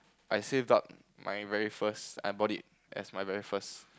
I saved up my very first I bought it as my very first